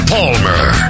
Palmer